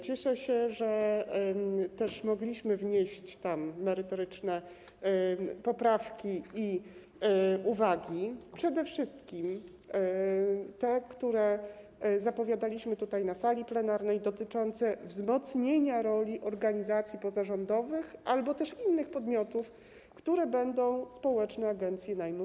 Cieszę się też, że mogliśmy wnieść merytoryczne poprawki i uwagi, przede wszystkim te, które zapowiadaliśmy tutaj, na sali plenarnej, dotyczące wzmocnienia roli organizacji pozarządowych albo innych podmiotów, które będą prowadzić społeczne agencje najmu.